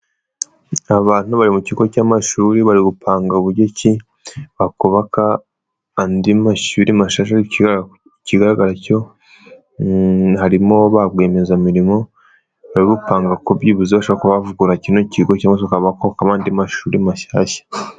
Aba bantu bari mu kigo cy'amashuri bari gupanga buryo ki bakubaka andi mashuri mashyashya ikigaragara cyo harimo ba rwiyemezamirimo bari gupanga ku byibuze bashobora kuba bavugurura kino kigo cyangwa se bakubaka andi mashuri mashyashya.